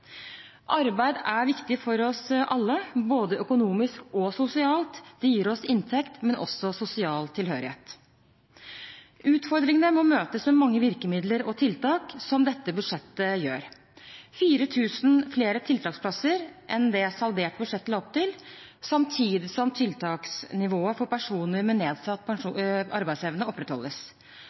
Arbeid er viktig for oss alle, både økonomisk og sosialt. Det gir oss inntekt, men også sosial tilhørighet. Utfordringene må møtes med mange virkemidler og tiltak, som dette budsjettet gjør: 4 000 flere tiltaksplasser enn det saldert budsjett la opp til, samtidig som tiltaksnivået for personer med nedsatt arbeidsevne opprettholdes,